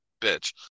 bitch